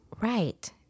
Right